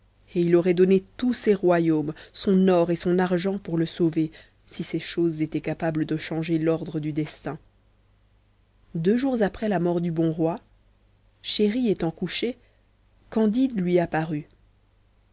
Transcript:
et il aurait donné tous ses royaumes son or et son argent pour le sauver mais cela n'était pas possible deux jours après la mort du bon roi chéri étant couché candide lui apparut